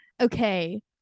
okay